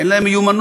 אין להם מיומנות?